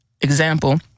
example